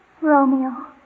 Romeo